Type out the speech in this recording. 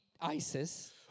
ISIS